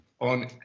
on